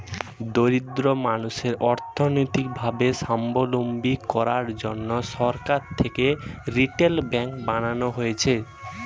দরিদ্র মানুষদের অর্থনৈতিক ভাবে সাবলম্বী করার জন্যে সরকার থেকে রিটেল ব্যাঙ্ক বানানো হয়েছে